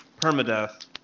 Permadeath